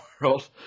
World